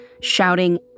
shouting